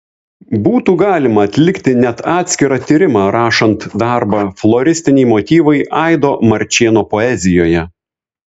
būtų galima atlikti net atskirą tyrimą rašant darbą floristiniai motyvai aido marčėno poezijoje